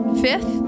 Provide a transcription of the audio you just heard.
Fifth